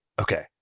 Okay